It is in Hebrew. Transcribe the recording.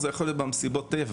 וזה יכול להיות במסיבות טבע,